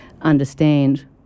understand